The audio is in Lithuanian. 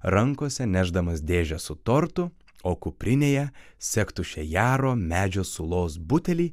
rankose nešdamas dėžę su tortu o kuprinėje sektušejero medžio sulos butelį